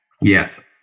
Yes